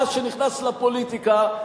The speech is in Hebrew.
מאז שנכנס לפוליטיקה,